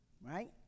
right